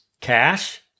cash